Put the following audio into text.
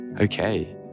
Okay